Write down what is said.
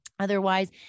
Otherwise